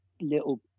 little